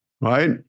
right